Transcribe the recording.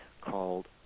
called